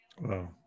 Wow